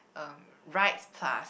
um rides plus